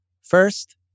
First